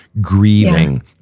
grieving